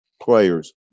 players